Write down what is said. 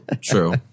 True